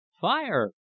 fire